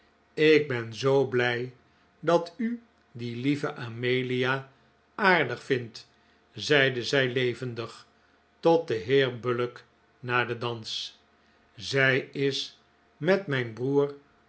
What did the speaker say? ik ben zoo blij dat u die iieve amelia aardig vindt zeide zij levendig tot den heer bullock na den dans zij is met mijn broer